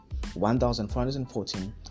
1,414